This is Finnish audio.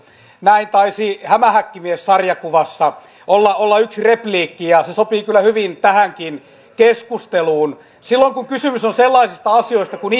näin taisi hämähäkkimies sarjakuvassa olla olla yksi repliikki ja se sopii kyllä hyvin tähänkin keskusteluun silloin kun kysymys on sellaisista asioista kuin